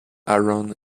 aaron